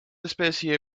especie